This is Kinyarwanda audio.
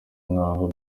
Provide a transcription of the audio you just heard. nk’aho